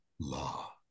law